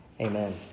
Amen